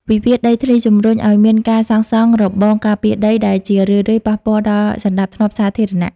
វិវាទដីធ្លីជំរុញឱ្យមានការសាងសង់របងការពារដី ដែលជារឿយៗប៉ះពាល់ដល់សណ្ដាប់ធ្នាប់សាធារណៈ។